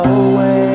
away